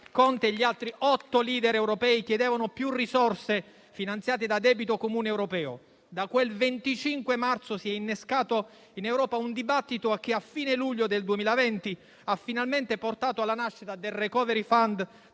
Conte e gli altri otto *leader* europei chiedevano più risorse finanziate da debito comune europeo. Da quel 25 marzo, si è innescato in Europa un dibattito che, a fine luglio 2020, ha finalmente portato alla nascita del *recovery fund*